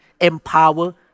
empower